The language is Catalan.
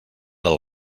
del